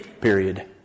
Period